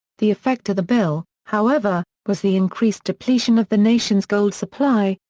the effect of the bill, however, was the increased depletion of the nation's gold supply,